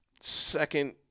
second